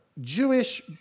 Jewish